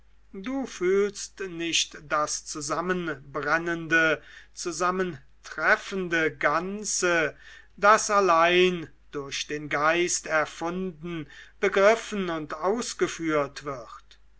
du fühlst nicht das zusammenbrennende zusammentreffende ganze das allein durch den geist erfunden begriffen und ausgeführt wird